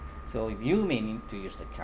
so you may need to use the card